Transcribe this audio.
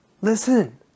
listen